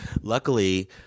luckily